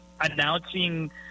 announcing